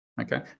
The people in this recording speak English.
okay